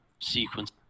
sequence